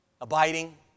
abiding